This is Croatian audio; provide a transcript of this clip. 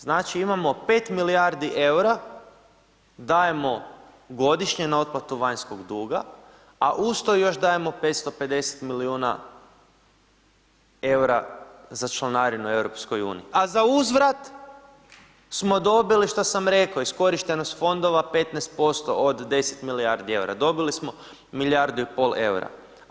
Znači imamo 5 milijardi EUR-a dajemo godišnje na otplatu vanjskog duga, a usto još dajemo 550 milijuna EUR-a za članarinu EU, a za uzvrat smo dobili što sam reko iskorištenost fondova 15% od 10 milijardi EUR-a, dobili smo milijardu i pol EUR-a.